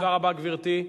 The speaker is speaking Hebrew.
תודה רבה, גברתי.